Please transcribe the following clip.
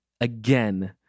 again